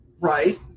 Right